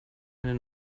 eine